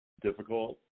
difficult